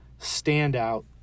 standout